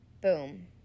boom